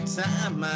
time